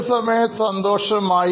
ഏത് സമയത്ത് സന്തോഷമായി